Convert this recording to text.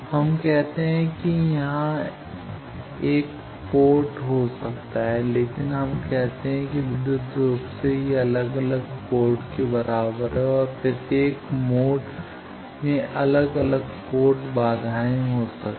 तो हम कहते हैं कि यह वहाँ एक पोर्ट हो सकता है लेकिन हम कहते हैं कि विद्युत रूप से यह अलग अलग पोर्ट के बराबर है और प्रत्येक मोड में अलग अलग पोर्ट बाधाएं हो सकती हैं